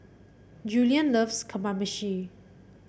Julien loves Kamameshi